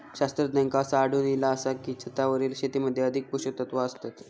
शास्त्रज्ञांका असा आढळून इला आसा की, छतावरील शेतीमध्ये अधिक पोषकतत्वा असतत